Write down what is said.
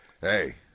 Hey